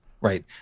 right